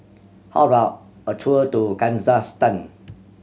how about a tour to Kazakhstan